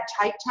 tight